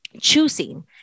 choosing